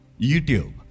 YouTube